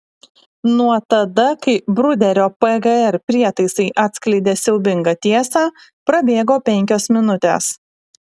nuo tada kai bruderio pgr prietaisai atskleidė siaubingą tiesą prabėgo penkios minutės